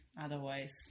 Otherwise